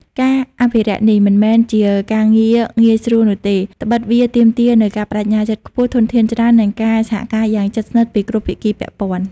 ការអភិរក្សនេះ មិនមែនជាការងារងាយស្រួលនោះទេ ត្បិតវាទាមទារនូវការប្តេជ្ញាចិត្តខ្ពស់ ធនធានច្រើន និងការសហការយ៉ាងជិតស្និទ្ធពីគ្រប់ភាគីពាក់ព័ន្ធ។